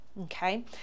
okay